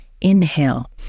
Inhale